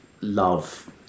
love